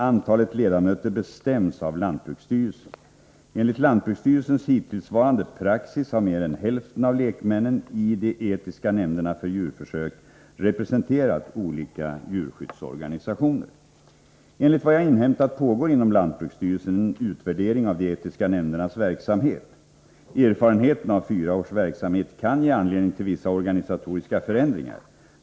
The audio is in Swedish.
Antalet ledamöter bestäms av lantbruksstyrelsen. Enligt lantbruksstyrelsens hittillsvarande praxis har mer än hälften av lekmännen i de etiska nämnderna för djurförsök representerat olika djurskyddsorganisationer. Enligt vad jag inhämtat pågår inom lantbruksstyrelsen en utvärdering av de etiska nämndernas verksamhet. Erfarenheterna av fyra års verksamhet kan ge anledning till vissa organisatoriska förändringar.